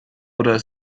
oder